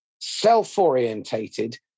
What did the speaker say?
self-orientated